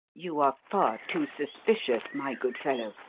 you are far too suspicious, my good fellow.